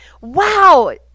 wow